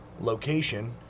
location